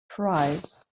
price